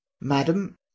Madam